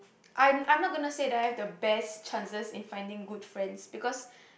I'm I'm not going to say that I have the best chances in finding good friends because